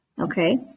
Okay